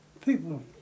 people